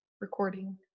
recording